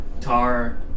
Tar